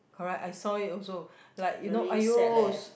correct I saw it also like you know !aiyo! s~